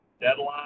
deadline